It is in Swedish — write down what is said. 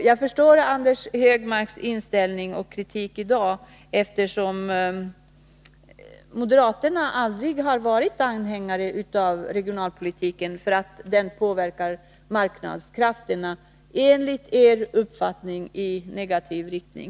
Jag förstår Anders Högmarks inställning och kritik i dag. Moderaterna har ju aldrig varit anhängare av regionalpolitik, eftersom den enligt deras uppfattning påverkar marknadskrafterna i negativ riktning.